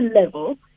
level